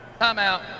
Timeout